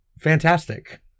fantastic